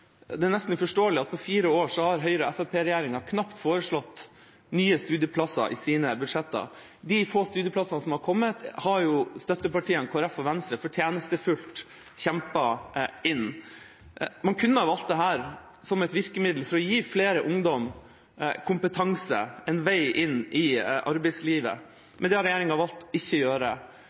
fire år har Høyre–Fremskrittsparti-regjeringa knapt foreslått nye studieplasser i sine budsjetter. De få studieplassene som har kommet, har støttepartiene Kristelig Folkeparti og Venstre fortjenstfullt kjempet inn. Man kunne ha valgt dette som et virkemiddel for å gi flere ungdom kompetanse, en vei inn i arbeidslivet, men det har regjeringa valgt ikke å gjøre.